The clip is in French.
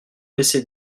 laisser